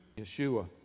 Yeshua